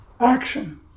action